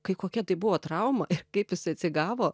kai kokia tai buvo trauma kaip jisai atsigavo